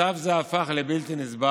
מצב זה הפך בלתי נסבל